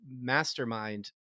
mastermind